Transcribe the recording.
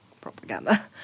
propaganda